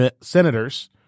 Senators